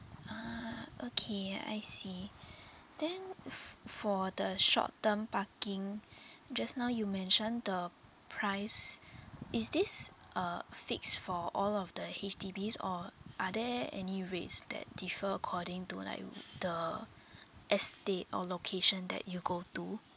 ah okay I see then f~ for the short term parking just now you mentioned the price is this uh fixed for all of the H_D_Bs or are there any rates that differ according to like oo the estate or location that you go to